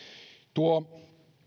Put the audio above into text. tuo